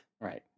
Right